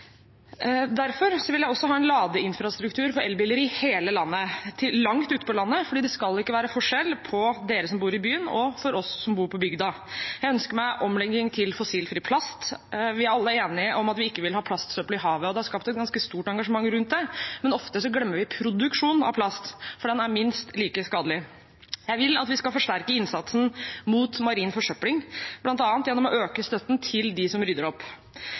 Derfor vil jeg også ha en ladeinfrastruktur for elbiler i hele landet, langt ute på landet, for det skal ikke være forskjell på dere som bor i byen, og oss som bor på bygda. Jeg ønsker meg omlegging til fossilfri plast. Vi er alle enige om at vi ikke vil ha plastsøppel i havet. Det er skapt et ganske stort engasjement rundt det, men ofte glemmer vi produksjonen av plast, og den er minst like skadelig. Jeg vil at vi skal forsterke innsatsen mot marin forsøpling, bl.a. gjennom å øke støtten til dem som rydder opp.